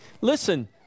listen